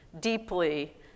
deeply